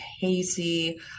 hazy